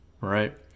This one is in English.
right